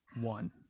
one